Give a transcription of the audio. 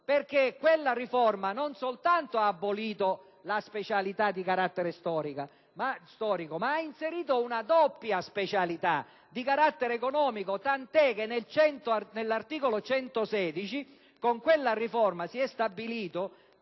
perché quella riforma non soltanto ha abolito la specialità di carattere storico, ma ha inserito una doppia specialità di carattere economico, tant'è che nell'articolo 116 con quella riforma si è stabilito